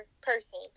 person